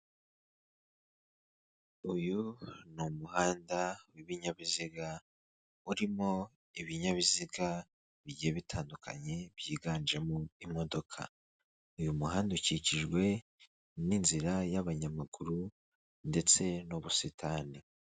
Uyu ni umuhanda w'ibinyabiziga urimo ibinyabiziga bigiye bitandukanye byiganjemo imodoka. Uyu muhanda ukikijwe n'inzira y'abanyamaguru ndetse n'ubusitani.